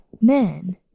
men